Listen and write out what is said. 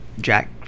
jack